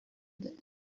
this